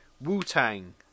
Wu-Tang